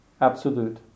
Absolute